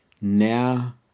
now